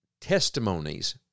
testimonies